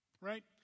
Right